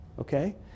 okay